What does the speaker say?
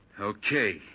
Okay